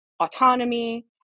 autonomy